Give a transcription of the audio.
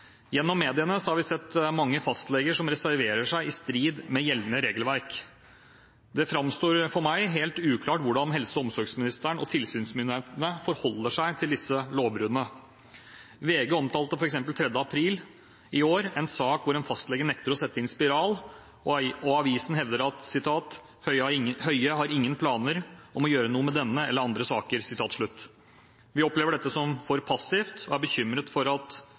Gjennom mediene har vi sett mange fastleger som reserverer seg i strid med gjeldende regelverk. Det framstår for meg svært uklart hvordan helse- og omsorgsministeren og tilsynsmyndighetene forholder seg til disse lovbruddene. VG omtalte f.eks. 3. april i år en sak hvor en fastlege nekter å sette inn spiral, og avisen hevder at «Høie har ingen planer om å gjøre noe med denne eller andre saker». Vi opplever dette som for passivt og er bekymret for at